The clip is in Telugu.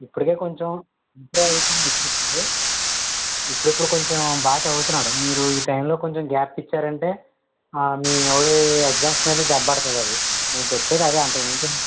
ఇప్పుడికే కొంచెం ఇంప్రూవ్ అవుతున్నాడు ఇప్పుడిప్పుడే ఇప్పుడిప్పుడు కొంచెం బాగా చదువుతున్నాడు మీరు ఈ టైంలో కొంచెం గ్యాప్ ఇచ్చారంటే మీ వాడి ఎగ్జామ్స్ మీద దెబ్బపడతది అది నేను చెప్పేది అదే అంతకుమించి